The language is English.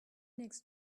next